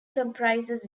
comprises